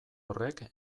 horrek